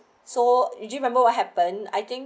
so did you remember what happened I think